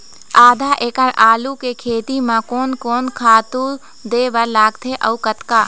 आधा एकड़ आलू के खेती म कोन कोन खातू दे बर लगथे अऊ कतका?